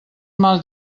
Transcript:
mal